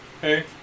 hey